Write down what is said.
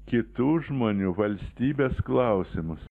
kitų žmonių valstybės klausimus